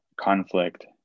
Conflict